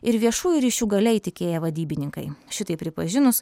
ir viešųjų ryšių galia įtikėję vadybininkai šitai pripažinus